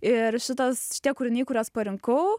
ir šitas šitie kūriniai kuriuos parinkau